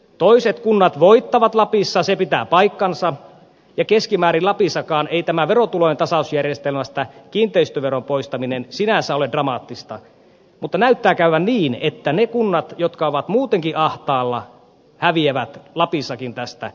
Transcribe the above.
toiset kunnat voittavat lapissa se pitää paikkansa ja keskimäärin lapissakaan ei kiinteistöveron poistaminen verotulojen tasausjärjestelmästä sinänsä ole dramaattista mutta näyttää käyvän niin että ne kunnat jotka ovat muutenkin ahtaalla häviävät lapissakin tässä menettelyssä